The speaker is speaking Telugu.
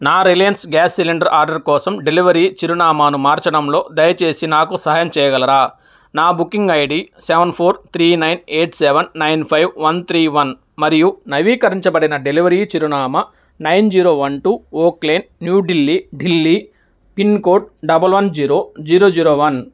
నా రిలయన్స్ గ్యాస్ సిలిండర్ ఆర్డర్ కోసం డెలివరీ చిరునామాను మార్చడంలో దయచేసి నాకు సహాయం చేయగలరా నా booking ID seven four three nine eight seven nine five one three one మరియు నవీకరించబడిన డెలివరీ చిరునామా nine zero one two oak lane New Delhi Delhi pin code double one zero zero zero one